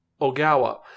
Ogawa